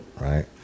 Right